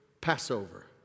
Passover